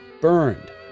burned